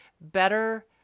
better